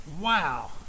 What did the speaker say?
Wow